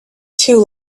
too